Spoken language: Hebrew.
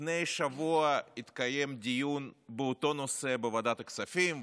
לפני שבוע התקיים דיון באותו נושא בוועדת הכספים,